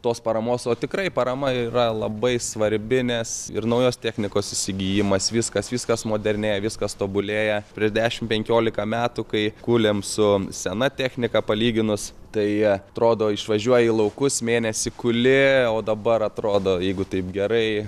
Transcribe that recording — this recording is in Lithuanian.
tos paramos o tikrai parama yra labai svarbi nes ir naujos technikos įsigijimas viskas viskas modernėja viskas tobulėja prieš dešimt penkiolika metų kai kūlėm su sena technika palyginus tai atrodo išvažiuoji į laukus mėnesį kuli o dabar atrodo jeigu taip gerai